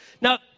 Now